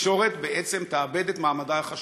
התקשורת בעצם תאבד את מעמדה החשוב.